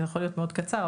זה יכול להיות מאוד קצר,